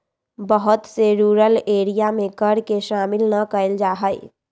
बहुत से rural area में कर के शामिल ना कइल जा हई